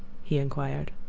he inquired.